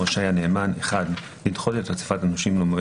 רשאי הנאמן - לדחות את אסיפת הנושים למועד